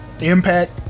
Impact